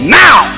now